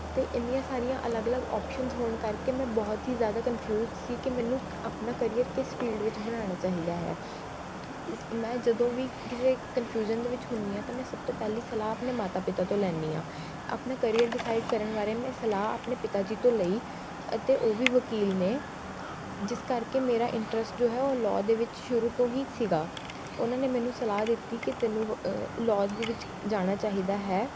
ਅਤੇ ਐਨੀਆਂ ਸਾਰੀਆਂ ਅਲੱਗ ਅਲੱਗ ਔਪਸ਼ਨਸ ਹੋਣ ਕਰਕੇ ਮੈਂ ਬਹੁਤ ਹੀ ਜ਼ਿਆਦਾ ਕਨਫਿਊਜ ਸੀ ਕਿ ਮੈਨੂੰ ਆਪਣਾ ਕਰੀਅਰ ਕਿਸ ਫੀਲਡ ਵਿੱਚ ਬਣਾਉਣਾ ਚਾਹੀਦਾ ਹੈ ਇਸ ਮੈਂ ਜਦੋਂ ਵੀ ਕਿਸੇ ਕਨਫਿਊਜ਼ਨ ਦੇ ਵਿੱਚ ਹੁੰਦੀ ਹਾਂ ਤਾਂ ਮੈਂ ਸਭ ਤੋਂ ਪਹਿਲੀ ਸਲਾਹ ਆਪਣੇ ਮਾਤਾ ਪਿਤਾ ਤੋਂ ਲੈਂਦੀ ਹਾਂ ਆਪਣੇ ਕਰੀਅਰ ਡਿਸਾਈਡ ਕਰਨ ਬਾਰੇ ਮੈਂ ਸਲਾਹ ਆਪਣੇ ਪਿਤਾ ਜੀ ਤੋਂ ਲਈ ਅਤੇ ਉਹ ਵੀ ਵਕੀਲ ਨੇ ਜਿਸ ਕਰਕੇ ਮੇਰਾ ਇੰਟਰਸਟ ਜੋ ਹੈ ਉਹ ਲੋਅ ਦੇ ਵਿੱਚ ਸ਼ੁਰੂ ਤੋਂ ਹੀ ਸੀਗਾ ਉਹਨਾਂ ਨੇ ਮੈਨੂੰ ਸਲਾਹ ਦਿੱਤੀ ਕਿ ਤੈਨੂੰ ਵ ਲੌਜ ਦੇ ਵਿੱਚ ਜਾਣਾ ਚਾਹੀਦਾ ਹੈ